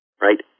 right